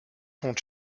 sont